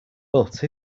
but